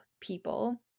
people